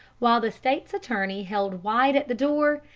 while the state's attorney held wide the door,